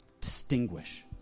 Distinguish